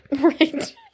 Right